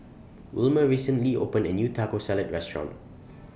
Wilmer recently opened A New Taco Salad Restaurant